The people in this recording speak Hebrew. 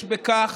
יש בכך